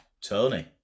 Tony